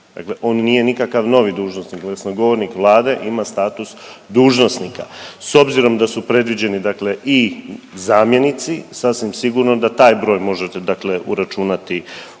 dakle on nije nikakav novi dužnosnik, glasnogovornik Vlade ima status dužnosnika. S obzirom da su predviđeni dakle i zamjenici, sasvim sigurno da taj broj može dakle uračunati